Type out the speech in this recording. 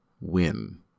win